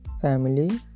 family